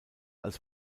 als